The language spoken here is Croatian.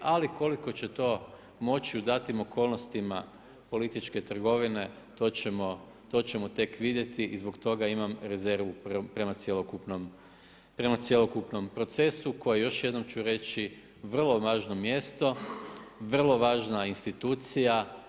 Ali koliko će to moći u datim okolnostima političke trgovine, to ćemo tek vidjeti i zbog toga imam rezervu prema cjelokupnom procesu koji, još jednom ću reći, vrlo važno mjesto, vrlo važna institucija.